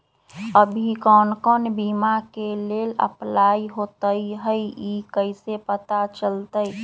अभी कौन कौन बीमा के लेल अपलाइ होईत हई ई कईसे पता चलतई?